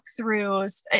walkthroughs